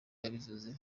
nabivuze